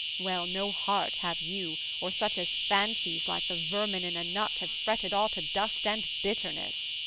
well no heart have you, or such as fancies like the vermin in a nut have fretted all to dust and bitterness